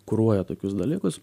kuruoja tokius dalykus